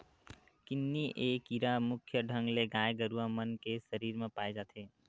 किन्नी ए कीरा मुख्य ढंग ले गाय गरुवा मन के सरीर म पाय जाथे